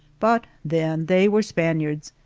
but then they were spaniards,